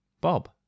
Bob